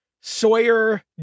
Sawyer